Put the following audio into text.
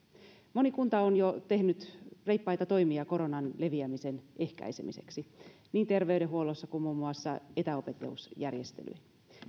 moni kunta on jo tehnyt reippaita toimia koronan leviämisen ehkäisemiseksi niin terveydenhuollossa kuin muun muassa etäopetusjärjestelyissä